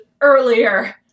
earlier